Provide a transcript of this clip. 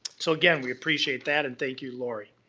so again, we appreciate that and thank you laurie.